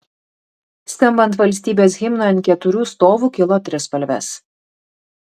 skambant valstybės himnui ant keturių stovų kilo trispalvės